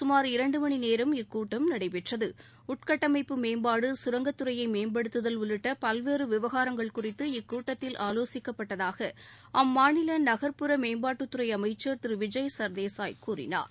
சுமார் இரண்டு மணி நேரம் இக்கூட்டம் நடைபெற்றது உட்கட்டமைப்பு மேம்பாடு கரங்கத்துறையை மேம்படுத்துதல் உள்ளிட்ட பல்வேறு விவகாரங்கள் குறித்து இக்கூட்டத்தில் ஆலோசிக்கப்பட்டதாக அம்மாநில நகர்ப்புற மேம்பாட்டுத்துறை அமைச்சர் திரு விஜய் சர்தேசாய் கூறினார்